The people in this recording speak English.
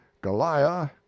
Goliath